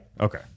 Okay